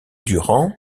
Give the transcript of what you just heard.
durand